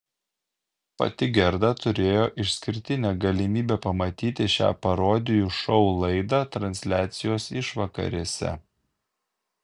pati gerda turėjo išskirtinę galimybę pamatyti šią parodijų šou laidą transliacijos išvakarėse